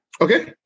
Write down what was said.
Okay